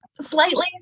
Slightly